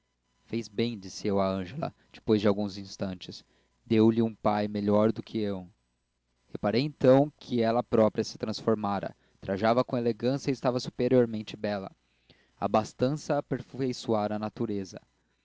fez bem disse eu a ângela depois de alguns instantes deu-lhe um pai melhor do que eu reparei então que ela própria se transformara trajava com elegância e estava superiormente bela a abastança aperfeiçoara a natureza